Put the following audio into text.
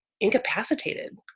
incapacitated